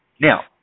now